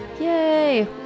Yay